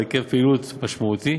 להיקף פעילות משמעותי.